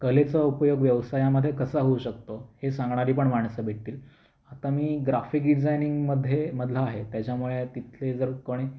कलेचा उपयोग व्यवसायामध्ये कसा होऊ शकतो हे सांगणारी पण माणसं भेटतील आता मी ग्राफिक डिझाईनिंगमध्ये मधला आहे त्याच्यामुळे तिथले जर कोणी